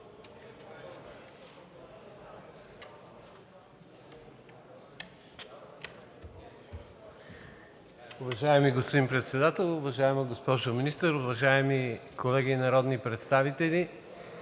Уважаеми господин Председател, уважаема госпожо Министър, уважаеми колеги народни представители!